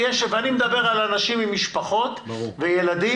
אני מדבר על אנשים עם משפחות וילדים,